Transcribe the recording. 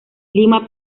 lima